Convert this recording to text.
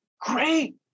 great